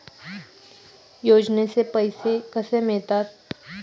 योजनेचे पैसे कसे मिळतात?